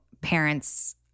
parents